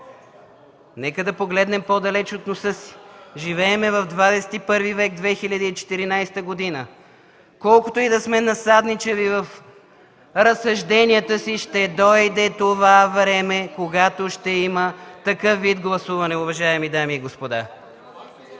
нека да погледнем по-далеч от носа си. Живеем в XXI век, 2014 г. Колкото и да сме назадничави в разсъжденията си, ще дойде времето, когато ще има такъв вид гласуване, уважаеми дами и господа.